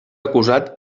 acusat